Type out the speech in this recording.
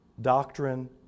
doctrine